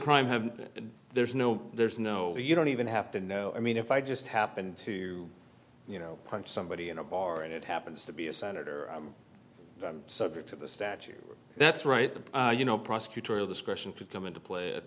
crime have there's no there's no way you don't even have to know i mean if i just happened to you know punch somebody in a bar and it happens to be a senator or subject to the statute that's right that you know prosecutorial discretion could come into play at